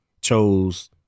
chose